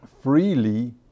freely